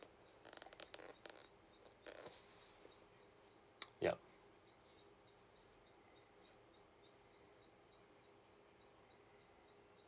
yup